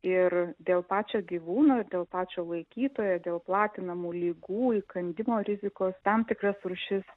ir dėl pačio gyvūno ir dėl pačio laikytojo dėl platinamų ligų įkandimo rizikos tam tikras rūšis